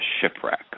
shipwreck